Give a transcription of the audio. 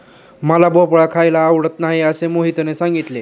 मला भोपळा खायला आवडत नाही असे मोहितने सांगितले